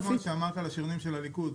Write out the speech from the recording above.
למקום, גם מאותה תפיסה שאומרת שיישוב קטן,